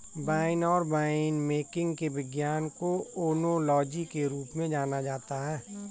wine और winemaking के विज्ञान को ओनोलॉजी के रूप में जाना जाता है